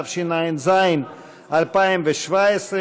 התשע"ז 2017,